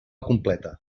completa